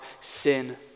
sin